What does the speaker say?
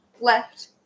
left